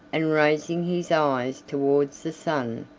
and raising his eyes towards the sun,